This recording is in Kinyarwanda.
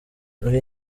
muri